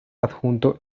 adjunto